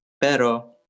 Pero